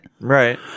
right